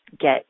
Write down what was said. get